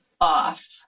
off